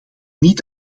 niet